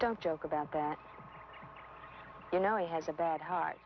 don't joke about that you know he has a bad heart